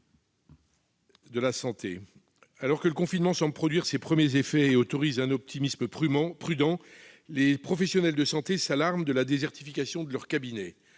alors que le confinement semble produire ses premiers effets et autorise un optimisme prudent, les professionnels de santé s'alarment de la désertification de leurs cabinets.